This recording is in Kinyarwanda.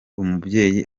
umubyeyi